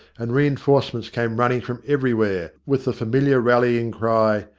and reinforcements came running from every where, with the familiar rallying-cry,